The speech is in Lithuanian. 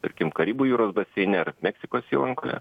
tarkim karibų jūros baseine ar meksikos įlankoje